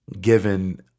given